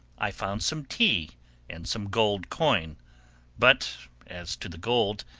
i found some tea and some gold coin but as to the gold,